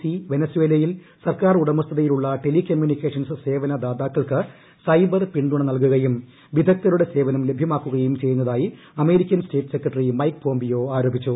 C വെനസേലയിൽ സർക്കാർ ഉടമസ്ഥതയിലുള്ള ടെലി കമ്മ്യൂണിക്കേഷൻ സേവന ദാതാക്കൾക്ക് സൈബർ പിന്തുണ നൽക്കുകിയും വിദഗ്ദ്ധരുടെ സേവനം ലഭ്യമാക്കുകയും ചെയ്യുന്ന്ത്യ്യി് American state secretary Mike Pompeo ആരോപിച്ചു